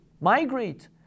migrate